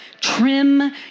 Trim